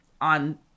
on